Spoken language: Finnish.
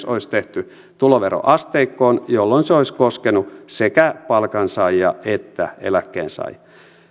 olisi tehty tuloveroasteikkoon jolloin se olisi koskenut sekä palkansaajia että eläkkeensaajia